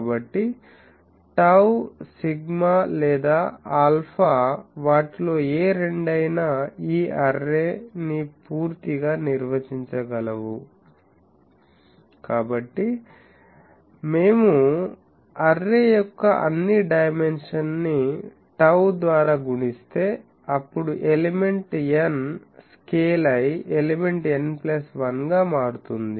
కాబట్టి tau sigma లేదా alpha వాటిలో ఏ రెండైనా ఈ అర్రే ని పూర్తిగా నిర్వచించగలవు కాబట్టి మేము అర్రే యొక్క అన్ని డైమెన్షన్స్ ని టౌ ద్వారా గుణిస్తే అప్పుడు ఎలిమెంట్ nస్కేల్ అయి ఎలిమెంట్ n ప్లస్ 1 గా మారుతుంది